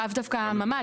לאו דווקא ממ"ד.